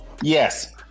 yes